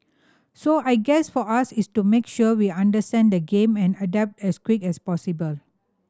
so I guess for us is to make sure we understand the game and adapt as quick as possible